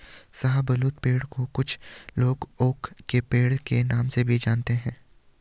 शाहबलूत पेड़ को कुछ लोग ओक के पेड़ के नाम से भी जानते है